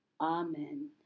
Amen